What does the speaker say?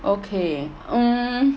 okay um